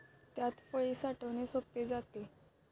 त्यात फळे साठवणे सोपे जाते